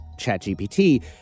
ChatGPT